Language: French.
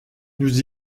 nous